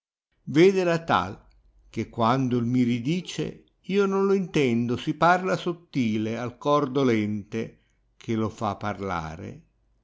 mirai yedela tal che quando il mi ridice io non lo intendo si parla sottile al cor dolente che lo fa parlare